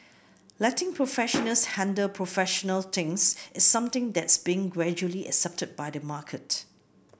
letting professionals handle professional things is something that's being gradually accepted by the market